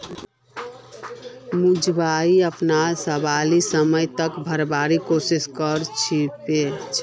मुई अपनार सबला समय त भरवार कोशिश कर छि